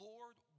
Lord